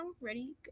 Ready